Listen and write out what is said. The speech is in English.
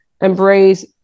embrace